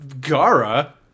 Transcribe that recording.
Gara